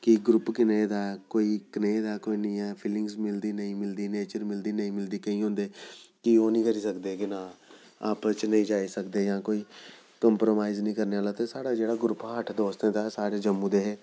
कि ग्रुप कनेह् दा ऐ कोई कनेह् दा ऐ कोई नेईं ऐ फिलिंगस मिलदी नेईं मिलदी नेचर मिलदी नेईं मिलदी केईं होंदे कि ओह् निं करी सकदे केह् नांऽ आपस च नेईं जाई सकदे जां कोई कंप्रोमाइज नेईं करने आह्ला ते साढ़ा जेह्ड़ा ग्रुप हा अट्ठ दोस्तें दा सारे जम्मू दे हे